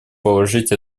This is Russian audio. положить